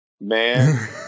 man